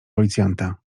policjanta